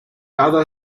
other